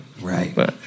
Right